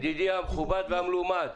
ידידי המכובד והמלומד,